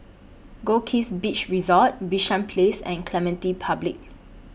Goldkist Beach Resort Bishan Place and Clementi Public